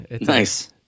nice